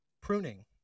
pruning